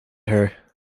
her